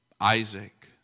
Isaac